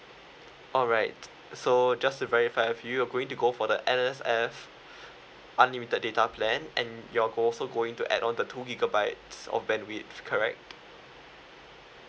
alright so just to verify if you're going to go for the N_S_S unlimited data plan and you're also going to add on the two gigabytes of bandwidth correct